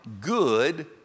good